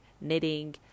knitting